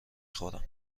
خورم